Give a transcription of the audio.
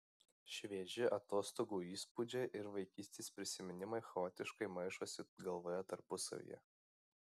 švieži atostogų įspūdžiai ir vaikystės prisiminimai chaotiškai maišosi galvoje tarpusavyje